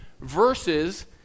verses